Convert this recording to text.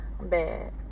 bad